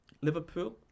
Liverpool